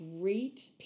great